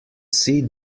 see